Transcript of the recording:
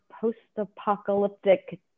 post-apocalyptic